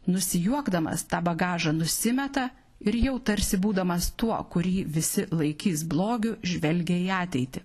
nusijuokdamas tą bagažą nusimeta ir jau tarsi būdamas tuo kurį visi laikys blogiu žvelgia į ateitį